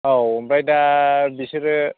औ ओमफ्राय दा बिसोरो